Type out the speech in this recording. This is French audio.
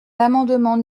l’amendement